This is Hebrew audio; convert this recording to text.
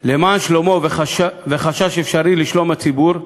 למען שלומו וחשש אפשרי לשלום הציבור,